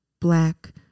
black